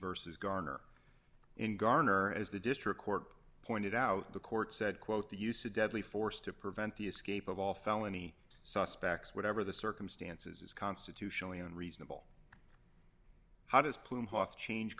versus garner in garner as the district court pointed out the court said quote the use of deadly force to prevent the escape of all felony suspects whatever the circumstances is constitutionally unreasonable how does